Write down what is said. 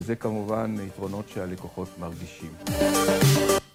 זה כמובן יתרונות שהלקוחות מרגישים